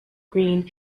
green